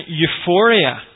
euphoria